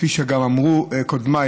כפי שגם אמרו קודמיי.